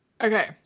Okay